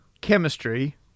Chemistry